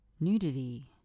nudity